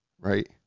right